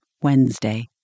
Wednesday